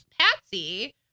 Patsy